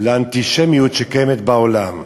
לאנטישמיות שקיימת בעולם.